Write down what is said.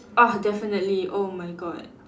ah definitely oh my god